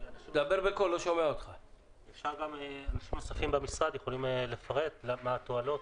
לשמוע אנשים נוספים במשרד שיכולים לפרט מה התועלות.